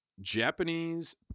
Japanese